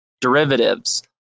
derivatives